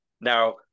Now